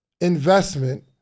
investment